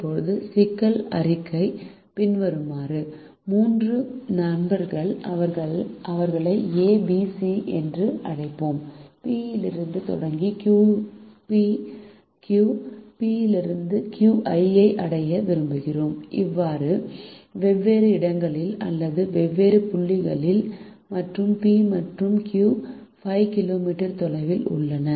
இப்போது சிக்கல் அறிக்கை பின்வருமாறு மூன்று நண்பர்கள் அவர்களை A B மற்றும் C என்று அழைப்போம் P இலிருந்து தொடங்கி Q P மற்றும் Q ஐ அடைய விரும்புகிறோம் வெவ்வேறு இடங்கள் அல்லது வெவ்வேறு புள்ளிகள் மற்றும் P மற்றும் Q 5 கிலோமீட்டர் தொலைவில் உள்ளன